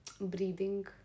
breathing